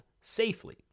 safely